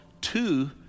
two